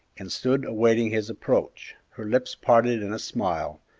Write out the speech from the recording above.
and stood awaiting his approach, her lips parted in a smile,